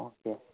okay